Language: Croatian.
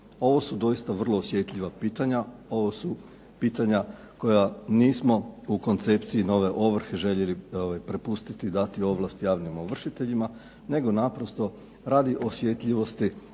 Ovo su doista vrlo osjetljiva pitanja. Ovo su pitanja koja nismo u koncepciji nove ovrhe željeli prepustiti, dati ovlasti javnim ovršiteljima nego naprosto radi osjetljivosti,